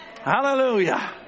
Hallelujah